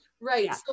Right